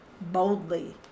boldly